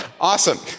Awesome